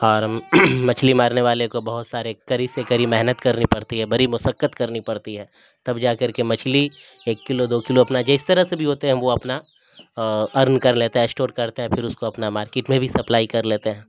اور مچھلی مارنے والے کو بہت سارے کڑی سے کڑی محنت کرنی پڑتی ہے بڑی مشقت کرنی پڑتی ہے تب جا کر کے مچھلی ایک کلو دو کلو اپنا جس طرح سے بھی ہوتے ہیں وہ اپنا ارن کر لیتے ہیں اسٹور کرتے ہیں پھر اس کو اپنا مارکیٹ میں بھی سپلائی کر لیتے ہیں